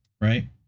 Right